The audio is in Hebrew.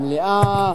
היושב-ראש,